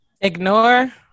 ignore